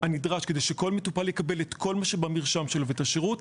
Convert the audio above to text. הנדרש כדי שכול מטופל יקבל את כול מה שבמרשם שלו ואת השירות,